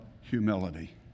humility